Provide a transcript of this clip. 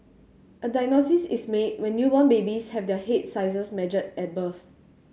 a diagnosis is made when newborn babies have their head sizes measured at birth